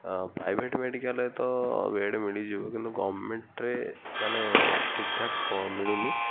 ଆଉ ପ୍ରାଇଭେଟ୍ ମେଡ଼ିକାଲ୍ରେ ତ ବେଡ଼୍ ମିଳିଯିବ କିନ୍ତୁ ଗଭର୍ଣ୍ଣମେଣ୍ଟରେ ମାନେ ଠିକ୍ଠାକ୍ ମିଳୁନି